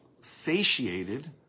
satiated